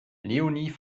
leonie